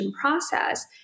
process